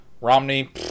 Romney